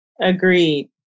Agreed